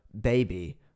baby